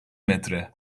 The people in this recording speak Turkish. metre